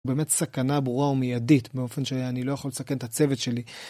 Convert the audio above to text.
באמת סכנה ברורה ומיידית באופן שאני לא יכול לסכן את הצוות שלי.